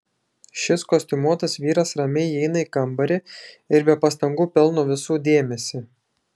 šis kostiumuotas vyras ramiai įeina į kambarį ir be pastangų pelno visų dėmesį